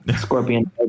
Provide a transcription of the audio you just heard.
Scorpion